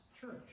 church